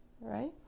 Right